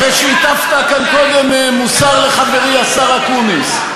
אחרי שהטפת כאן קודם מוסר לחברי השר אקוניס?